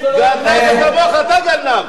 חבר הכנסת גאלב מג'אדלה.